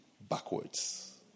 backwards